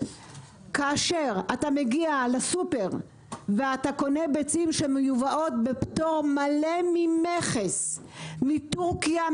כאשר אתה מגיע לסופר ואתה קונה ביצים שמיובאות בפטור מלא ממכסה מטורקיה,